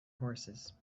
horses